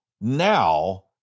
now